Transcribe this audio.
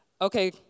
okay